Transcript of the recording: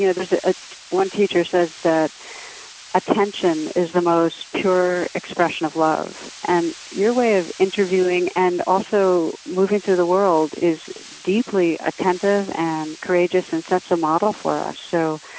you know ah one teacher says that attention is the most pure expression of love and your way of interviewing and also moving through the world is deeply attentive, and courageous, and sets a model for us. so